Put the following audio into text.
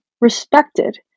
respected